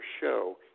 show